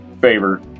favor